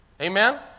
Amen